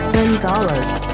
Gonzalez